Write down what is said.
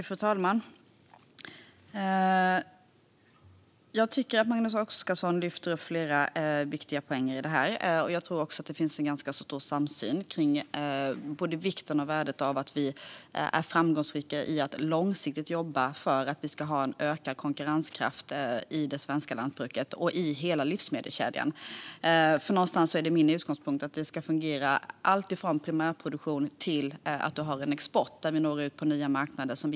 Fru talman! Magnus Oscarsson lyfter fram flera viktiga poänger. Jag tror att det finns en ganska stor samsyn om både vikten och värdet av att vi är framgångsrika i fråga om att jobba långsiktigt för ökad konkurrenskraft i det svenska lantbruket och hela livsmedelskedjan. Min utgångspunkt är att det ska fungera i alltifrån primärproduktion till att vi har en export där vi når ut på nya marknader.